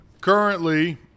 Currently